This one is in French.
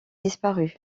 disparu